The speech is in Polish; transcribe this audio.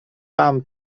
tam